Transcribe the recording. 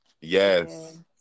Yes